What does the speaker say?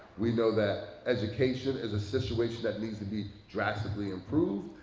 we know that education is a situation that needs to be drastically improved.